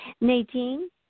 Nadine